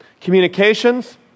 communications